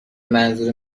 منظور